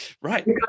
right